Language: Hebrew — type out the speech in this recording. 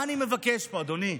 מה אני מבקש פה, אדוני?